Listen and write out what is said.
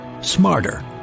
smarter